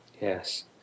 yes